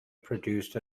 produced